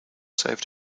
saved